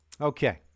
Okay